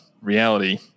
reality